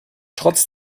trotz